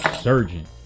surgeon